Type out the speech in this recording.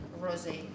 rosé